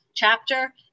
chapter